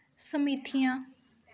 ਸਮੀਥਿਆ